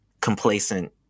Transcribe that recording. complacent